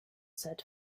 said